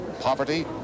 poverty